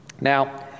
Now